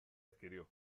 adquirió